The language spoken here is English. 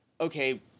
okay